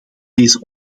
deze